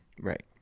Right